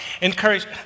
Encourage